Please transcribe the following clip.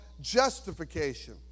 justification